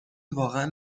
واقعا